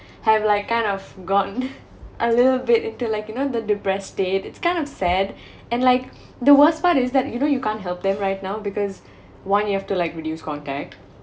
have like kind of gotten a little bit into like you know the depressed state it's kind of sad and like the worst part is that you know you can't help them right now because one you have to like reduce contact